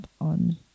on